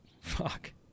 Fuck